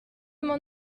m’en